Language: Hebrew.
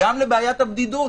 גם לבעיית הבדידות